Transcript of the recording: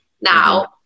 now